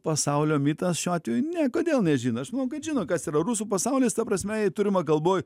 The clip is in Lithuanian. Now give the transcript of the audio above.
pasaulio mitas šiuo atveju ne kodėl nežino aš manau kad žino kas yra rusų pasaulis ta prasme jei turima galvoj